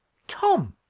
tom,